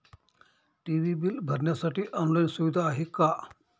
TV bill भरण्यासाठी online सुविधा आहे का?